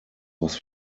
was